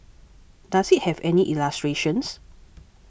does it have any illustrations